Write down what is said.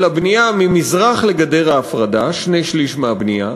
אלא בנייה ממזרח לגדר ההפרדה, שני-שלישים מהבנייה,